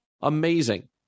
amazing